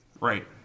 Right